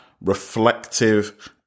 reflective